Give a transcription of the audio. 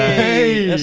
hey!